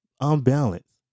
unbalanced